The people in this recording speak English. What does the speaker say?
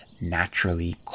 naturally